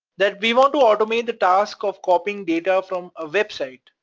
that we want to automate the task of copying data from a website,